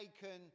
taken